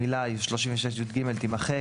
המילה "36יג" תימחק,